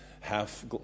half